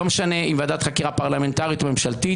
לא משנה אם ועדת חקירה פרלמנטרית או ממשלתית,